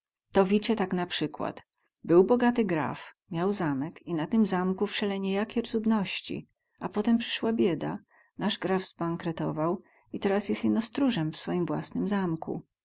to wicie tak na przykład był bogaty graf miał zamek i na tym zamku wseleniejakie cudności a potem przysła bieda nas graf zbankretował i teraz jest ino strózem w swoim własnym zamku